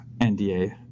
NDA